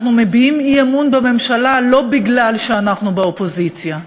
אנחנו מביעים אי-אמון בממשלה לא מפני שאנחנו באופוזיציה,